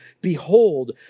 Behold